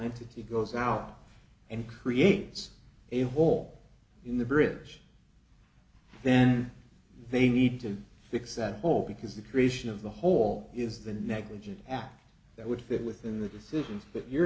entity goes out and creates a hole in the bridge then they need to fix at all because the creation of the whole is the negligent act that would fit within the decisions that your